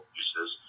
uses